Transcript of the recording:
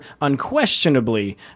unquestionably